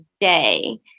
day